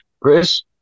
Chris